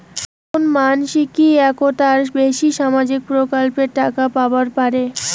কোনো মানসি কি একটার বেশি সামাজিক প্রকল্পের টাকা পাবার পারে?